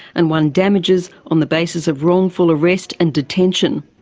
and won damages on the basis of wrongful arrest and detention.